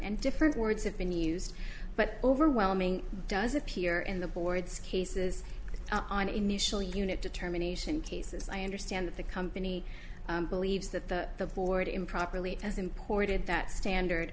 and different words have been used but overwhelming does appear in the board's cases on initial unit determination cases i understand that the company believes that the board improperly as imported that standard